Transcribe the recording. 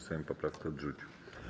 Sejm poprawkę odrzucił.